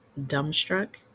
dumbstruck